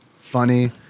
funny